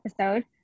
episode